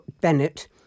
Bennett